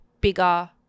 bigger